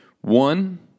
One